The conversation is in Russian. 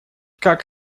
как